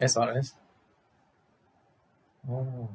S_R_S orh